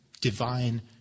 divine